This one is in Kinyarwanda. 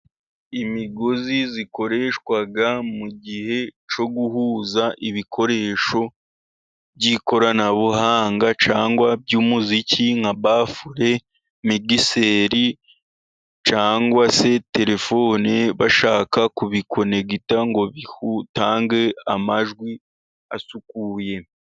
Imigozi ikoreshwa mu gihe cyo guhuza ibikoresho by'ikoranabuhanga cyangwa by'imuziki nka bafure ,megiseri cyangwa se telefoni bashaka kubikonegita ngo bitange amajwi asukuye.